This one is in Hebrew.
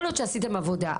יכול להיות שעשיתם עבודה,